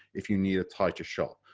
if you need a tighter shot.